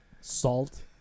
salt